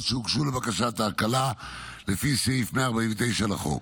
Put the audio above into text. שהוגשו לבקשת ההקלה לפי סעיף 149 לחוק.